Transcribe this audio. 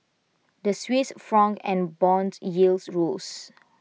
the Swiss Franc and Bond yields rose